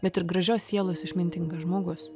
bet ir gražios sielos išmintingas žmogus